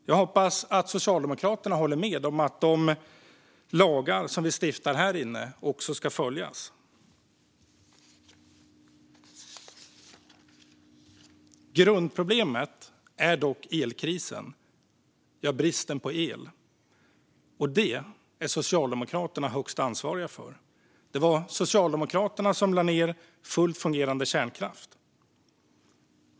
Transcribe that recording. Jag hoppas att Socialdemokraterna håller med om att de lagar som vi stiftar här inne också ska följas. Grundproblemet är dock elkrisen och bristen på el. Det är Socialdemokraterna högst ansvariga för. Det var Socialdemokraterna som lade ned fullt fungerande kärnkraft.